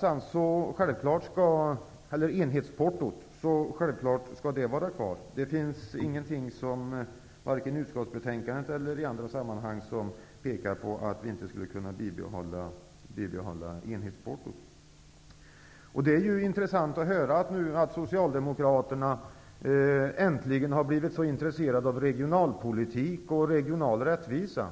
Självfallet skall enhetsportot vara kvar. Varken utskottsbetänkandet eller något som sagts i andra sammanhang pekar på att vi inte skulle kunna bibehålla enhetsportot. Det är ju intressant att Socialdemokraterna nu äntligen har blivit så intresserade av regionalpolitik och regional rättvisa.